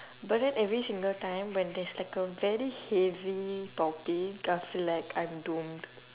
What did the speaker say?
but then every single time when there's like a very heavy topic I'll feel like I'm doomed